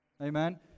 Amen